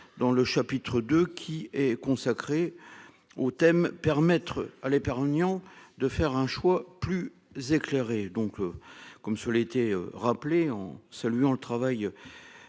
Dans le chapitre 2 qui est consacré au thème, permettre à l'épargnant de faire un choix plus éclairé